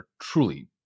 truly